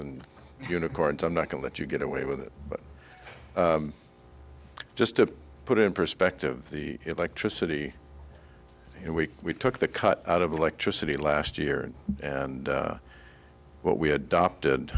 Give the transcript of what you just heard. and unicorns i'm not going let you get away with it but just to put it in perspective the electricity in we we took the cut out of electricity last year and what we adopted